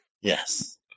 Yes